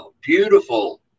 beautiful